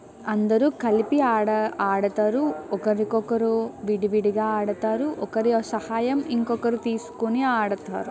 అందరు కలిసి ఆడు ఆడుతారు ఒకరికొకరు విడివిడిగా ఆడుతారు ఒకరి సహాయం ఇంకొకరు తీసుకుని ఆడుతారు